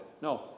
no